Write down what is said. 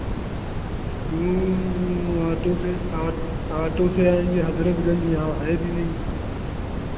auto से आ auto से जाएंगे हज़रतगंज यहाँ है भी नहीं